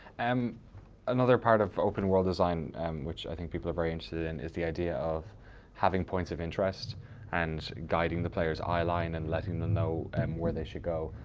um another part of open world design which i think people are very interested in is the idea of having points of interest and guiding the player's eye line and letting them know um where they should go.